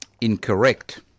incorrect